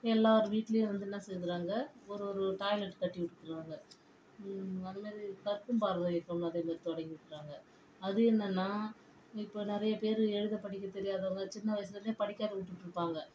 எல்லார் வீட்லேயும் வந்து என்ன செஞ்சிடுறாங்க ஒரு ஒரு டாய்லெட் கட்டி கொடுத்துருக்காங்க அதை மாரி கற்கும் பாரதஇயக்கம்னு அதே மாரி தொடங்கிருக்கிறாங்க அது என்னென்னா இப்ப நிறைய பேரு எழுத படிக்க தெரியாதவங்க சின்ன வயசில் இருந்தே படிக்காத விட்டுட்ருப்பாங்க